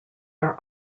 are